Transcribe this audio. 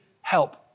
help